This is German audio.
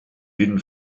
jeden